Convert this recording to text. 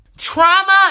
trauma